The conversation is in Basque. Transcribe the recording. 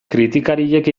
kritikariek